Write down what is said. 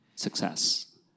success